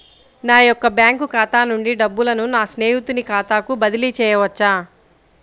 నా యొక్క బ్యాంకు ఖాతా నుండి డబ్బులను నా స్నేహితుని ఖాతాకు బదిలీ చేయవచ్చా?